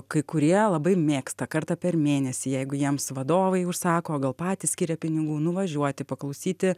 kai kurie labai mėgsta kartą per mėnesį jeigu jiems vadovai užsako gal patys skiria pinigų nuvažiuoti paklausyti